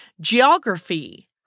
Geography